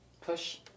push